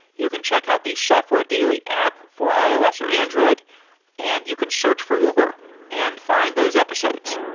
you can check out the software daily app for ios or android and you can search for uber and find those episodes.